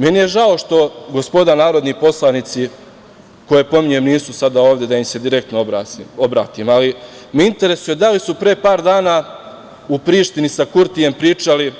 Meni je žao što gospoda narodni poslanici koje pominjem nisu sada ovde da im se direktno obratim, ali me interesuje da li su pre par dana u Prištini sa Kurtijem pričali